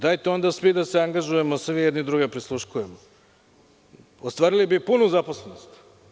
Dajte onda svi da se angažujemo da svi jedne druge prisluškujemo, ostvarili bi punu zaposlenost.